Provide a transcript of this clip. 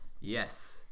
yes